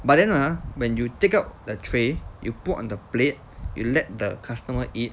but then ah when you take out the tray you put on the plate you let the customer eat